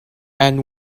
and